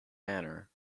banner